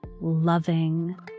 loving